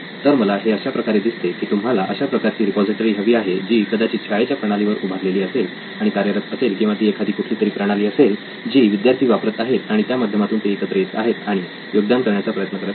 तर मला हे अशा प्रकारे दिसते की तुम्हाला अशा प्रकारची रिपॉझिटरी हवी आहे जी कदाचित शाळेच्या प्रणालीवर उभारलेली असेल आणि कार्यरत असेल किंवा ती एखादी कुठलीतरी प्रणाली असेल जी विद्यार्थी वापरत आहेत आणि त्या माध्यमातून ते एकत्र येत आहेत आणि योगदान करण्याचा प्रयत्न करत आहेत